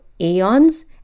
eons